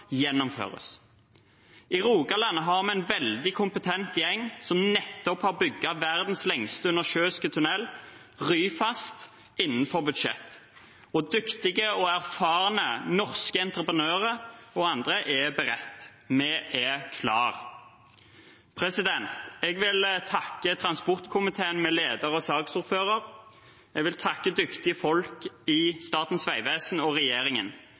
gjennomføres. I Rogaland har vi en veldig kompetent gjeng som nettopp har bygget verdens lengste undersjøiske tunnel, Ryfast, innenfor budsjettet. Og dyktige, erfarne norske entreprenører og andre er beredte. Vi er klare. Jeg vil takke transportkomiteen med leder og saksordfører. Jeg vil takke dyktige folk i Statens vegvesen og regjeringen.